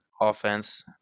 offense